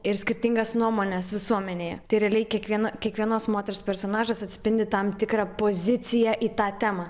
ir skirtingas nuomones visuomenėje tai realiai kiekvieną kiekvienos moters personažas atspindi tam tikrą poziciją į tą temą